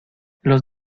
los